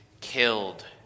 killed